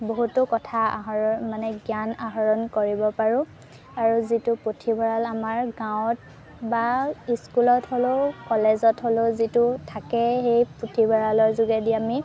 বহুতো কথা আহৰ মানে জ্ঞান আহৰণ কৰিব পাৰোঁ আৰু যিটো পুথিভঁৰাল আমাৰ গাঁৱত বা স্কুলত হ'লেও কলেজত হ'লেও যিটো থাকে সেই পুথিভঁৰালৰ যোগেদি আমি